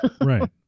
right